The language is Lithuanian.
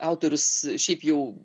autorius šiaip jau